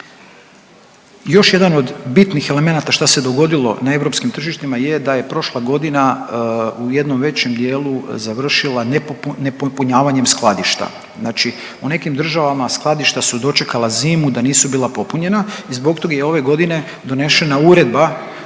Još jedan od bitnih elemenata šta se dogodilo na europskim tržištima je da je prošla godina u jednom većem dijelu završila nepopunjavanjem skladišta. Znači u nekim državama skladišta su dočekala zimu da nisu bila popunjena i zbog toga je ove godine donešena Uredba